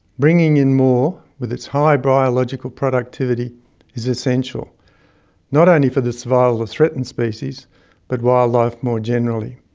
bringing in more with its high biological productivity is essential not only for the survival of threatened species but wildlife more generally.